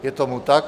Je tomu tak.